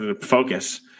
Focus